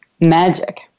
magic